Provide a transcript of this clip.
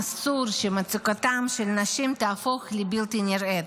אסור שמצוקתן של נשים תהפוך לבלתי נראית.